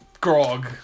Grog